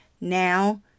Now